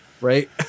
Right